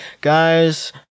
guys